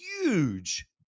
huge